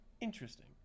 interesting